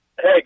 Hey